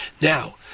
Now